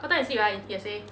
what time you sleep ah yesterday